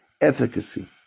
efficacy